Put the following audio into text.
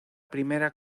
primera